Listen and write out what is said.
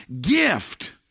gift